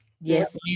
yes